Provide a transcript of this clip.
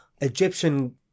Egyptian